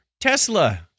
Tesla